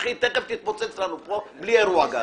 תיכף תתפוצץ לנו פה בלי אירוע גז.